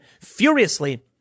furiously